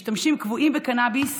משתמשים קבועים בקנביס